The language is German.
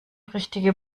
richtige